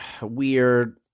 weird